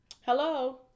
Hello